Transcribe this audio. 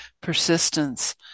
persistence